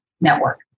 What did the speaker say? network